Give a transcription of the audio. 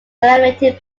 eliminated